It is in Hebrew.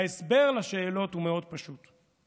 ההסבר לשאלות הוא מאוד פשוט,